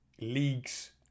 leagues